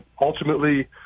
ultimately